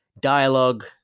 dialogue